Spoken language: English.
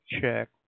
check